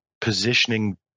positioning